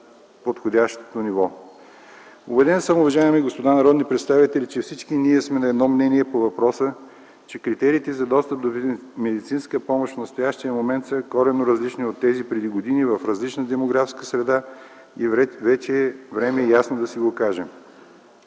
подходящото ниво? Убеден съм, уважаеми господа народни представители, че всички ние сме на едно мнение по въпроса, че критериите за достъп до медицинска помощ в настоящия момент са коренно различни от тези преди години, в различна демографска среда, и е вече време ясно да си го кажем.